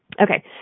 Okay